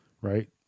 Right